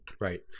Right